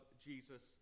Jesus